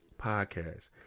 podcast